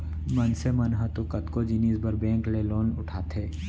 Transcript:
मनसे मन ह तो कतको जिनिस बर बेंक ले लोन उठाथे